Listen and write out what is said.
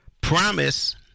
promise